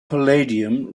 palladium